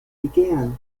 began